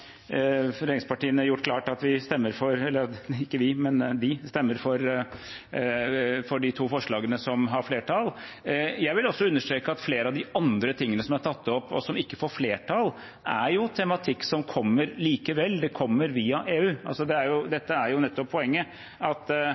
gjort det klart at de stemmer for de to forslagene som har flertall. Jeg vil også understreke at flere av de andre tingene som er tatt opp, men som ikke får flertall, er tematikk som kommer likevel. Det kommer via EU. Det er nettopp poenget at vi her snakker om en type varer som uansett sirkulerer i hele EØS-området. Derfor er det veldig meningsfullt at det reguleres i nettopp EU, og at